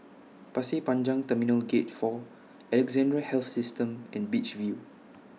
Pasir Panjang Terminal Gate four Alexandra Health System and Beach View